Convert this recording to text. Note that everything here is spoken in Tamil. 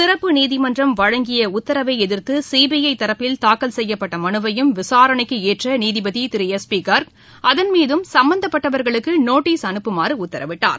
சிறப்பு நீதிமன்றம் வழங்கிய உத்தரவை எதிர்த்து சிபிஐ தரப்பில் தாக்கல் செய்யப்பட்ட மனுவையும் விசாரணைக்கு ஏற்ற நீதிபதி திரு எஸ் பி கார்க் அதன் மீதும் சம்மந்தப்பட்டவர்களுக்கு நோட்டஸ் அனுப்புமாறு உத்தரவிட்டார்